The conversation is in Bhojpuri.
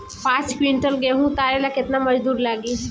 पांच किविंटल गेहूं उतारे ला केतना मजदूर लागी?